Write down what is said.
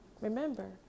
Remember